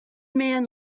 man